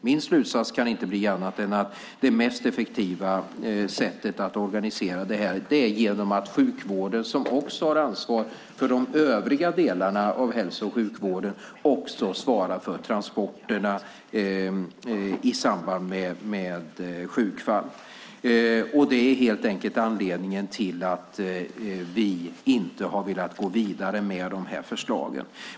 Min slutsats kan inte bli annat än att det mest effektiva sättet att organisera detta är genom att landstingen, som också har ansvar för de övriga delarna av hälso och sjukvården, också svarar för transporterna i samband med sjukfall. Det är helt enkelt anledningen till att vi inte har velat gå vidare med förslagen.